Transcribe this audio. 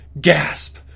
Gasp